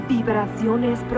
Vibraciones